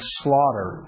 slaughter